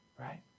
right